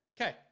Okay